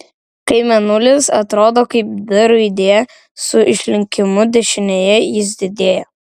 kai mėnulis atrodo kaip d raidė su išlinkimu dešinėje jis didėja